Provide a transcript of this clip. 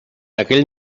aquell